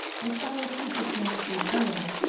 his sallow cheek had turned a shade paler,